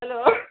hello